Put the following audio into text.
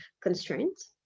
constraints